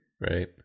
Right